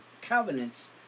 covenants